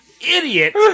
Idiot